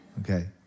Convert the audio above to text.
Okay